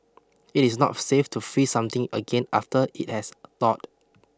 it is not safe to freeze something again after it has thawed